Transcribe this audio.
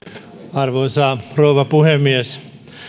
arvoisa rouva puhemies